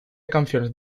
canciones